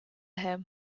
him